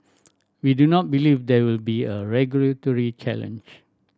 we do not believe there will be a regulatory challenge